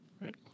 Right